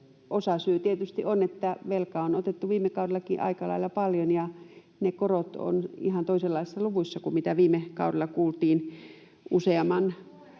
Osasyy tietysti on, että velkaa on otettu viime kaudellakin aika lailla paljon ja ne korot ovat ihan toisenlaisissa luvuissa kuin mitä viime kaudella kuultiin useamman